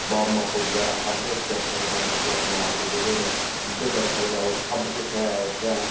warm up बगैरा सब किश करी सकदा मतलब के अपने अंग जेह्ड़े न सिद्धे करी सकदा ओह् सब किश ऐ इत्थै